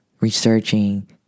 researching